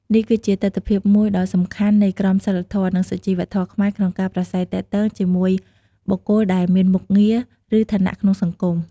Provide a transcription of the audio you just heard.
នេះគឺជាទិដ្ឋភាពមួយដ៏សំខាន់នៃក្រមសីលធម៌ និងសុជីវធម៌ខ្មែរក្នុងការប្រាស្រ័យទាក់ទងជាមួយបុគ្គលដែលមានមុខងារ ឬឋានៈក្នុងសង្គម។